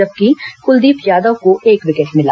जबकि कुलदीप यादव को एक विर्केट मिला